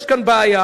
יש כאן בעיה,